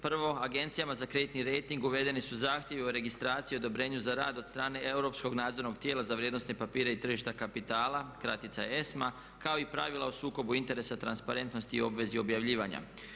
Prvo, agencijama za kreditni rejting uvedeni su zahtjevi o registraciji, odobrenju za rad od strane europskog nadzornog tijela za vrijednosne papire i tržišta kapitala, kratica je ESMA kao i pravila o sukobu interesa, transparentnosti i obvezi objavljivanja.